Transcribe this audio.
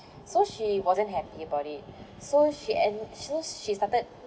so she wasn't happy about it so she and so she started